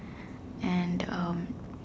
and um